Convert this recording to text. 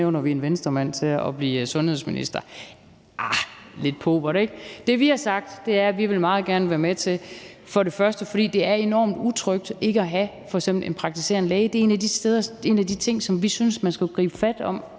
udnævner vi en Venstremand til at blive sundhedsminister. Arh, det er lidt pauvert, ikke? Det, vi har sagt, er, at vi først og fremmest meget gerne vil være med til det med almen praksis, fordi det er enormt utrygt f.eks. ikke at have en praktiserende læge. Det er en af de ting, som vi synes man skulle gribe fat om